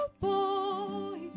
boy